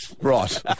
Right